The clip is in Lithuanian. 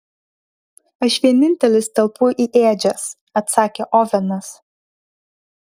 aš vienintelis telpu į ėdžias atsakė ovenas